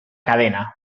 cadena